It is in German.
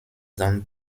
dann